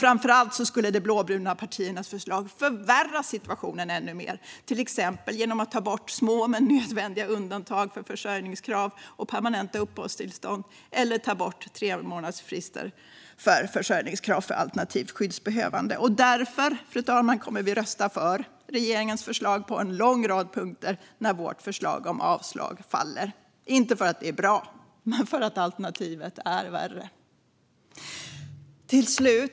Framför allt skulle de blåbruna partiernas förslag förvärra situationen ännu mer, till exempel genom att ta bort små men nödvändiga undantag för försörjningskrav och permanenta uppehållstillstånd eller genom att ta bort tremånadersfristen för försörjningskrav för alternativt skyddsbehövande. Därför, fru talman, kommer vi att rösta för regeringens förslag på en lång rad punkter när vårt förslag om avslag faller - inte för att det är bra utan för att alternativet är värre.